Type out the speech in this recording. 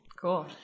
Cool